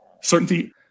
Certainty